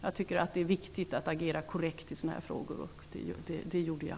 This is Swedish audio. Jag tycker att det är viktigt att agera korrekt i sådana frågor -- och det gjorde jag.